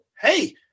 Hey